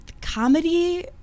Comedy